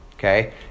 Okay